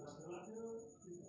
drone नर मधुमक्खी होय छै